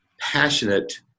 passionate